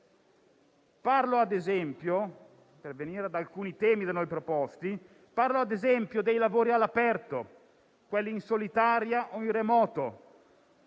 parlo - ad esempio - dei lavori all'aperto, quelli in solitaria o in remoto.